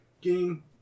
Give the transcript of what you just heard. game